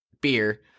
beer